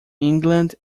england